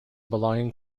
belonging